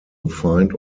find